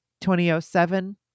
2007